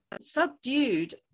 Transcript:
subdued